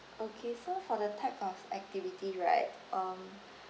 okay so for the type of activity right um